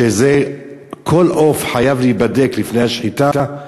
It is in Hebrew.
שכל עוף חייב להיבדק לפני השחיטה,